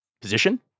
position